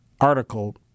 article